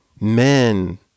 men